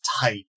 tight